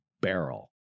barrel